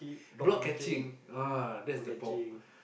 block catching !wah! that is the bomb